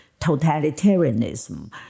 totalitarianism